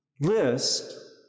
list